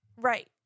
Right